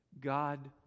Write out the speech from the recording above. God